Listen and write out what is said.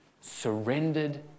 surrendered